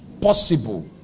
possible